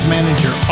Manager